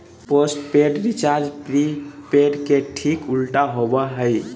postpaid recharge prepaid के ठीक उल्टा होबो हइ